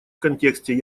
контексте